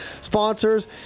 sponsors